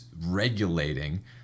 regulating